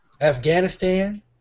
Afghanistan